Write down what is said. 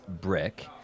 brick